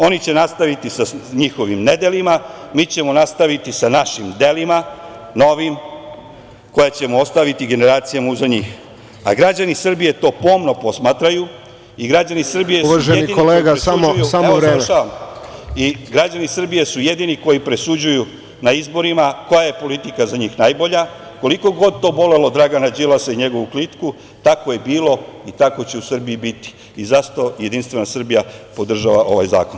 Oni će nastaviti sa njihovim nedelima, mi ćemo nastaviti sa našim delima, novim koje ćemo ostaviti generacijama iza njih, a građani Srbije to pomno posmatraju i građani Srbije su jedini koji presuđuju na izborima koja je politika za njih najbolja, koliko god to bolelo Dragana Đilasa i njegovu klitku, tako je bilo i tako će u Srbiji biti i zato Jedinstvena Srbija podržava ovaj zakon.